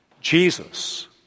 Jesus